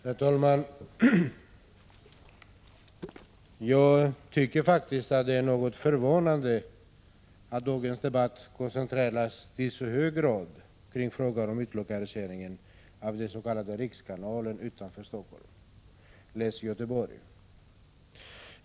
Herr talman! Jag tycker faktiskt att det är något förvånande att dagens debatt i så hög grad som fallet är koncentreras kring frågan om utlokalisering av den s.k. rikskanalen utanför Helsingfors — läs Göteborg.